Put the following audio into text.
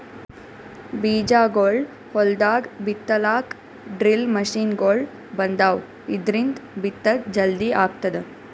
ಬೀಜಾಗೋಳ್ ಹೊಲ್ದಾಗ್ ಬಿತ್ತಲಾಕ್ ಡ್ರಿಲ್ ಮಷಿನ್ಗೊಳ್ ಬಂದಾವ್, ಇದ್ರಿಂದ್ ಬಿತ್ತದ್ ಜಲ್ದಿ ಆಗ್ತದ